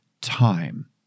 time